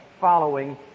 following